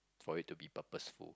for it to be purposeful